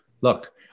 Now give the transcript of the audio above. look